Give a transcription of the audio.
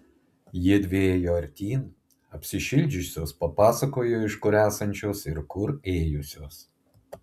jiedvi ėjo artyn apsišildžiusios papasakojo iš kur esančios ir kur ėjusios